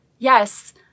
Yes